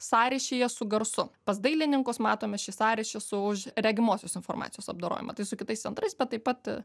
sąryšyje su garsu pas dailininkus matome šį sąryšį su už regimosios informacijos apdorojimą tai su kitais centrais bet taip pat